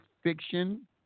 fiction